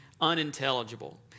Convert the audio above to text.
unintelligible